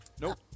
Nope